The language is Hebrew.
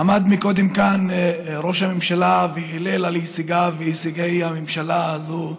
עמד כאן קודם ראש הממשלה והילל את הישגיו והישגי הממשלה הזאת.